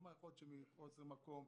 אולי בשל חוסר מקום,